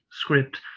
script